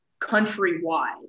countrywide